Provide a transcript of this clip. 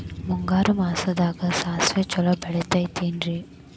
ಮುಂಗಾರು ಮಾಸದಾಗ ಸಾಸ್ವಿ ಛಲೋ ಬೆಳಿತೈತೇನ್ರಿ?